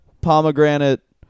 pomegranate